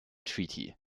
treaty